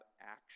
action